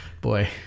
Boy